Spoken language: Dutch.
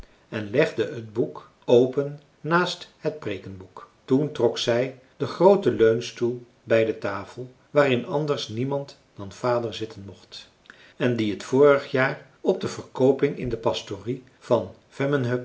en legde t boek open naast het preekenboek toen trok zij den grooten leunstoel bij de tafel waarin anders niemand dan vader zitten mocht en die t vorige jaar op de verkooping in de pastorie van